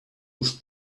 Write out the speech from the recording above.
with